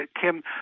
Kim